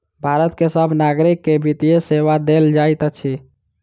भारत के सभ नागरिक के वित्तीय सेवा देल जाइत अछि